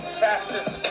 fastest